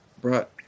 brought